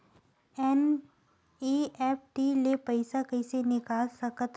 NEFT ले पईसा कइसे निकाल सकत हन?